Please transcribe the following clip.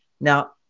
Now